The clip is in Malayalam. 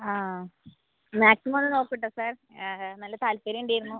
ആ മാക്സിമം ഒന്ന് നോക്കൂ കേട്ടോ സാർ നല്ല താൽപ്പര്യം ഉണ്ടായിരുന്നു